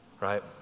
right